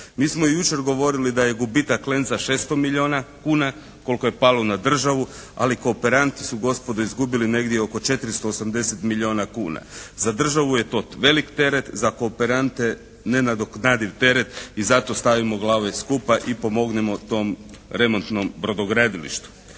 Mi smo jučer govorili da je gubitak "Lenca" 600 milijuna kuna koliko je palo na državu, ali kooperanti su gospodo izgubili negdje oko 480 milijuna kuna. Za državu je to veliki teret, za kooperante nenadoknadiv teret i zato stavimo glave skupa i pomognimo tom remontnom brodogradilištu.